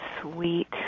sweet